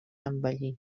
envellir